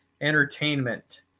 Entertainment